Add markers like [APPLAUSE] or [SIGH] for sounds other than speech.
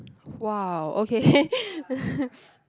!wow! okay [LAUGHS]